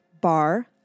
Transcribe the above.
Bar